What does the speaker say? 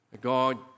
God